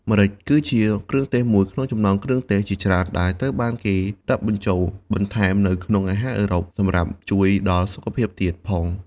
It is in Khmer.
ម្រេច គឺជាគ្រឿងទេសមួយ ក្នុងចំណោមគ្រឿងទេសជាច្រើន ដែលត្រូវគេបានដាក់បញ្ចូល បន្ថែមនៅក្នុងអាហារអឺរ៉ុប សម្រាប់ជួយដល់សុខភាពទៀតផង។